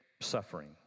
suffering